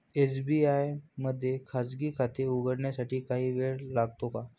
SBI मध्ये खाजगी खाते उघडण्यासाठी काही वेळ लागतो का?